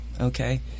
Okay